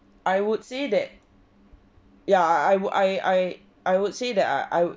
I would say that ya I I would I I would say that I I